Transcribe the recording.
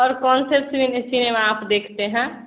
और कौन से सिने सिनेमा आप देखते हैं